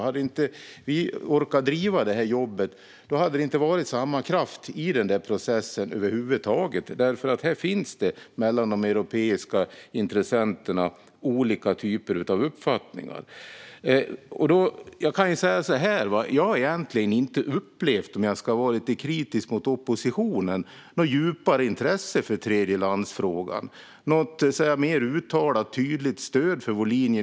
Hade vi inte orkat driva det jobbet hade det inte varit samma kraft i processen över huvud taget. Här finns det mellan de europeiska intressenterna olika typer av uppfattningar. Jag kan säga så här om jag ska vara lite kritisk mot oppositionen: Jag har egentligen inte upplevt något djupare intresse för tredjelandsfrågan eller något mer uttalat tydligt stöd för vår linje från er.